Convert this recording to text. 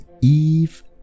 eve